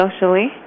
socially